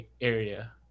area